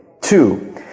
Two